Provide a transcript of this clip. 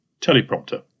teleprompter